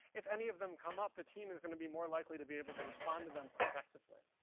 if any of them come up, the team is gonna be more likely to be able to respond to them effectively.